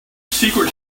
secret